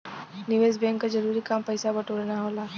निवेस बैंक क जरूरी काम पैसा बटोरना होला